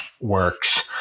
works